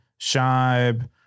Shibe